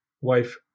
wife